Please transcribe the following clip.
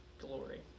glory